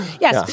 Yes